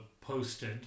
posted